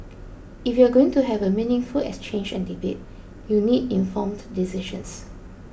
if you're going to have a meaningful exchange and debate you need informed decisions